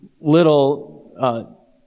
little